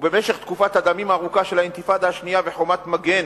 ובמשך תקופת הדמים הארוכה של האינתיפאדה השנייה ו"חומת מגן"